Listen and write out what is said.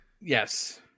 yes